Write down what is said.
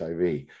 HIV